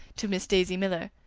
to miss daisy miller.